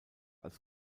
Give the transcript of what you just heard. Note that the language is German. als